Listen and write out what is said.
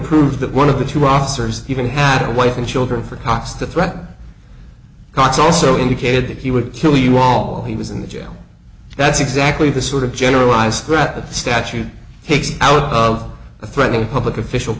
proved that one of the two officers even had a wife and children for cops to threaten cots also indicated that he would kill you all he was in the jail that's exactly the sort of generalized threat statute takes out of a threatening public official